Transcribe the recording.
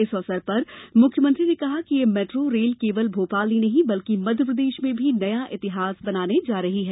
इस अवसर पर मुख्यमंत्री ने कहा कि यह मेट्रो रेल केवल भोपाल ही नहीं बल्कि मध्यप्रदेश में भी नया इतिहास बनने जा रहा है